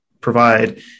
provide